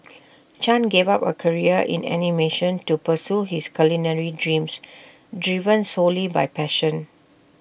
chan gave up A career in animation to pursue his culinary dreams driven solely by passion